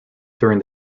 during